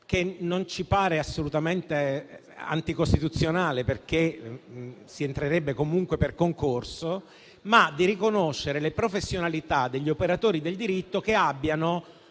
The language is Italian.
che non ci pare assolutamente anticostituzionale, perché si entrerebbe comunque per concorso, ossia di riconoscere le professionalità degli operatori del diritto che abbiano